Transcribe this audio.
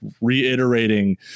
reiterating